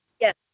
Yes